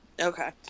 Okay